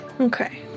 Okay